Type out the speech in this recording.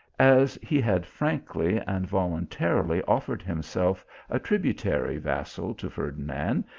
as he had frankly and voluntarily offered himself a tributary vassal to ferdinand,